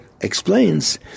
explains